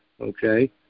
okay